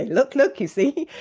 look, look, you see?